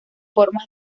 formas